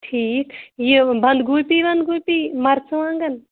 ٹھیٖک یہِ بَندٕگوٗپی وَنٛدگوٗپی مَرژٕوانٛگَن